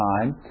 time